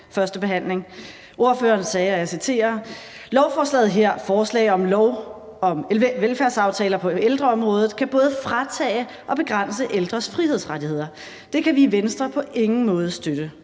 førstebehandling. Ordføreren sagde, og jeg citerer: »Lovforslaget her, forslag om lov om velfærdsaftaler på ældreområdet, kan både fratage og begrænse ældres frihedsrettigheder. Det kan vi i Venstre på ingen måde støtte.